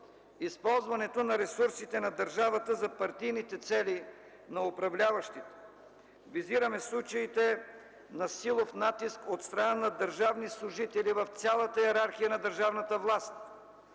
използването на ресурсите на държавата за партийните цели на управляващите. Визираме случаите на силов натиск от страна на държавни служители в цялата йерархия на държавната власт